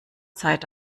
zeit